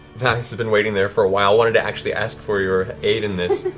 vax has been waiting there for a while, wanted to actually ask for your aid in this.